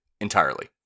entirely